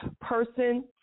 person